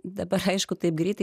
dabar aišku taip greitai